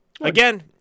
Again